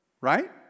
Right